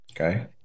Okay